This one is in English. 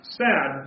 sad